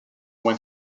when